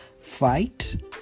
fight